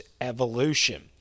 evolution